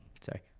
sorry